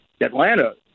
Atlanta